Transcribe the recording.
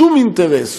שום אינטרס,